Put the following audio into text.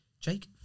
Jake